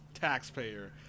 taxpayer